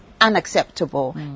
unacceptable